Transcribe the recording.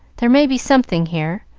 there may be something here.